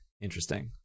interesting